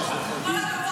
--- עם כל הכבוד.